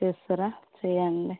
చేస్తారా చెయ్యండి